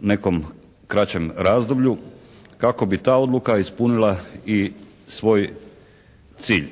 nekom kraćem razdoblju kako bi ta odluka ispunila i svoj cilj.